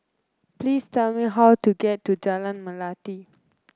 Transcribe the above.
please tell me how to get to Jalan Melati